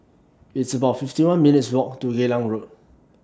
It's about fifty one minutes' Walk to Geylang Road